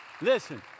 Listen